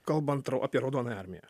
kalbant apie raudonąją armiją